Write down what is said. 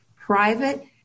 private